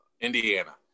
Indiana